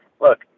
Look